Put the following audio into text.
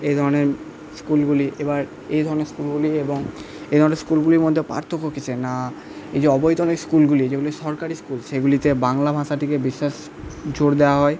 এই ধরণের স্কুলগুলি এবার এই ধরণের স্কুলগুলি এবং এই ধরণের স্কুলগুলির মধ্যে পার্থক্য কিসে না এই যে অবৈতনিক স্কুলগুলি যেগুলি সরকারি স্কুল সেইগুলিতে বাংলাভাষাটিকে বিশেষ জোর দেওয়া হয়